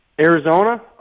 Arizona